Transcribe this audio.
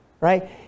Right